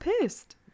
pissed